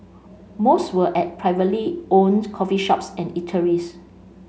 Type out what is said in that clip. most were at privately owned coffee shops and eateries